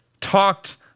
talked